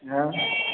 হ্যাঁ